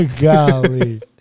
Golly